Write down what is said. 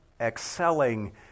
excelling